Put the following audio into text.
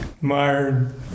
mired